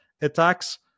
attacks